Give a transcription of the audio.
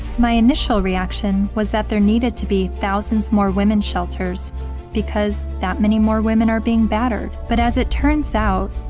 my initial reaction was that there needed to be thousands more women's shelters because that many more women are being battered. but as it turns out,